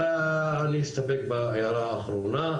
אני אסתפק בהערה אחרונה,